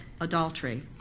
adultery